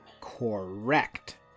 Correct